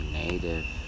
native